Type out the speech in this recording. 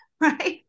right